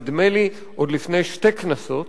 נדמה לי עוד לפני שתי כנסות.